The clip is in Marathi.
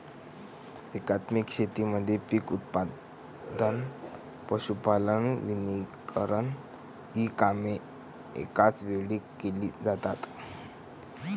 एकात्मिक शेतीमध्ये पीक उत्पादन, पशुपालन, वनीकरण इ कामे एकाच वेळी केली जातात